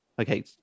Okay